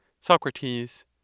Socrates